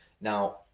Now